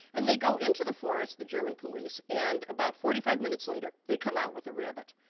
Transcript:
and they go into the forest the german police and about forty five minutes later, they come out with a rabbit.